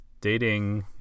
dating